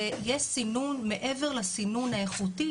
ויש סינון מעבר לסינון האיכותי,